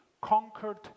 conquered